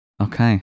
Okay